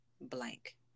blank